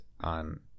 on